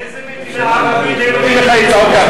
באיזה מדינה ערבית היו נותנים לך לצעוק כך,